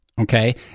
Okay